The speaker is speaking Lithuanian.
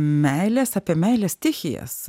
meilės apie meilės stichijas